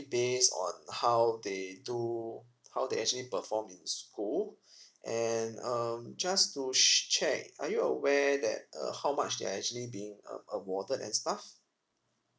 based on how they do how they actually perform in school and um just to sha~ check are you aware that uh how much they're actually being uh awarded and stuff